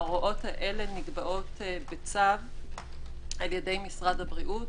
ההוראות האלה נקבעות בצו על ידי משרד הבריאות